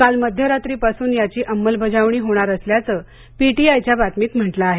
काल मध्यरात्रीपासून याची अंमलबजावणी होणार असल्याचं पीटीआयच्या बातमीत म्हटलं आहे